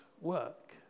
work